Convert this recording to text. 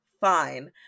Fine